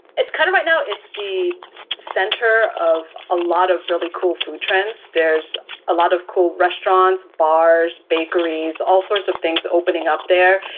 kind of right now, it's the center of a lot of really cool food trends. there's a lot of cool restaurants, bars, bakeries, all sorts of things opening up there.